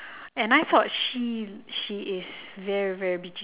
and I thought she she is very very bitchy